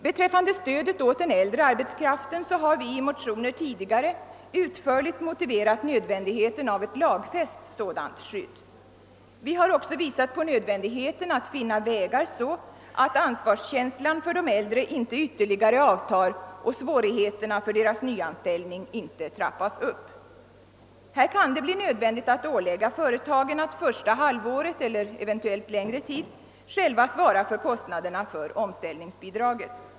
Beträffande stödet åt den äldre arbetskraften har vi i motioner tidigare utförligt motiverat nödvändigheten av ett lagfäst skydd. Vi har också framhållit nödvändigheten av att finna sådana vägar att ansvarskänslan för de äldre inte ytterligare avtar och så att svårigheterna för deras nyanställning inte trappas upp. Här kan det bli nödvändigt att ålägga företagen att första halvåret eller eventuellt längre tid själva svara för kostnaderna för omställningsbidraget.